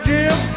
Jim